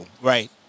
Right